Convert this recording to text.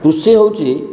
କୃଷି ହଉଛି